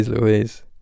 Louise